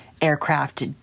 aircraft